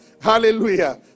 Hallelujah